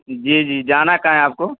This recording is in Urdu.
جی جی جانا کہاں ہے آپ کو